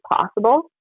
possible